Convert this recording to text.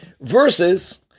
versus